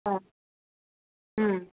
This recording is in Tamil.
ம் ம்